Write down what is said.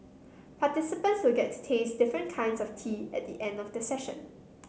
participants will get to taste different kinds of tea at the end of the session